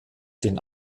den